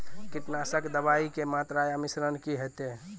कीटनासक दवाई के मात्रा या मिश्रण की हेते?